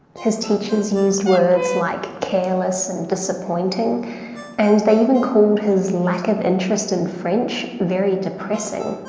his teachers used words like careless and disappointing and they even called his lack of interest in french very depressing.